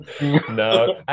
no